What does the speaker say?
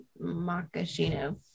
Makashino